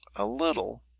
a little.